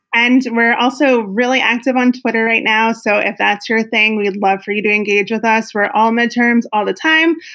and we're also really active on twitter right now. so if that's your thing, we'd love for you to engage with us for all midterms all the time.